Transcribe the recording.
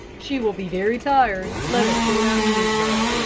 she will be very tired. let us go out and meet her.